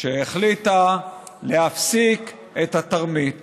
שהחליטה להפסיק את התרמית